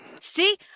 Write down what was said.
See